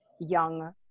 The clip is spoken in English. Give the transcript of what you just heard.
young